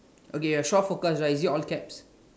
okay the shore forecast right is it all caps